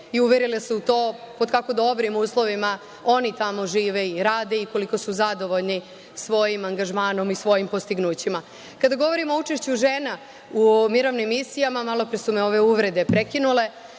i uverila se u to pod kako dobrim uslovima oni tamo žive i rade i koliko su zadovoljni svojim angažmanom i svojim postignućima. Kada govorimo o učešću žena u mirovnim misijama, malopre su me ove uvrede prekinule,